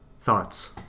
Thoughts